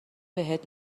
بهت